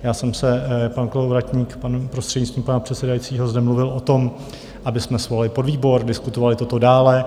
Já jsem se... pan Kolovratník, prostřednictvím pana předsedajícího, zde mluvil o tom, abychom svolali podvýbor, diskutovali toto dále.